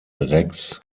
rex